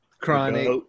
chronic